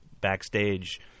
backstage